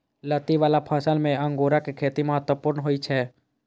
लत्ती बला फसल मे अंगूरक खेती महत्वपूर्ण होइ छै